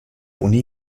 uni